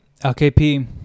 LKP